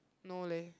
no leh